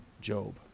Job